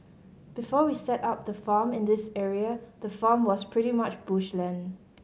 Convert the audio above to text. before we set up the farm in this area the farm was pretty much bush land